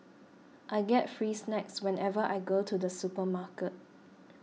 I get free snacks whenever I go to the supermarket